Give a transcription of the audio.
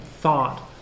thought